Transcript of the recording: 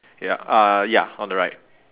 ya uh ya on the right